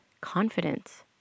confidence